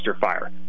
fire